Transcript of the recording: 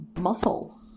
muscle